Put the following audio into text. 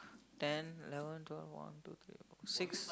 ten eleven twelve one two three four six